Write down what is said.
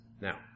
Now